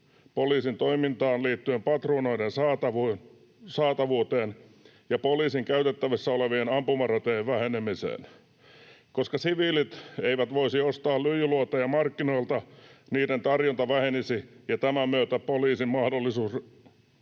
poliisin toimintaan liittyen patruunoiden saatavuuteen ja poliisin käytettävissä olevien ampumaratojen vähenemiseen. Koska siviilit eivät voisi ostaa lyijyluoteja markkinoilta, niiden tarjonta vähenisi ja tämän myötä poliisin mahdollisuus